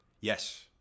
Yes